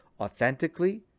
authentically